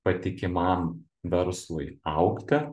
patikimam verslui augti